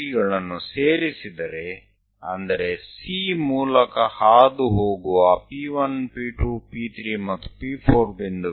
એકવાર આપણે આ P1 P2 P3 અને બધાને જોડી લઈએ